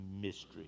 mystery